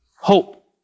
hope